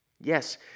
yes